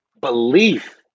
Belief